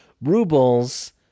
rubles